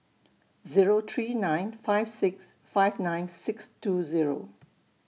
Zero three nine five six five nine six two Zero